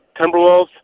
Timberwolves